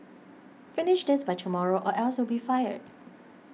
finish this by tomorrow or else you'll be fired